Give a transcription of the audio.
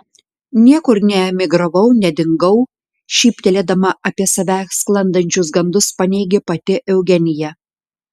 niekur neemigravau nedingau šyptelėdama apie save sklandančius gandus paneigė pati eugenija